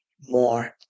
more